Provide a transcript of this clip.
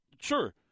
sure